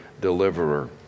deliverer